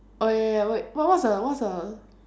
oh ya ya wait what what's the what's the